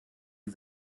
die